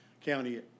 county